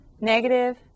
Negative